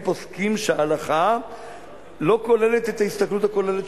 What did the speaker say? הם פוסקים שההלכה לא כוללת את ההסתכלות הכוללת